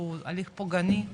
הוא הליך פוגעני,